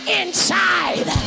inside